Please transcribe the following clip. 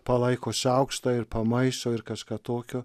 palaiko šaukštą ir pamaišo ir kažką tokio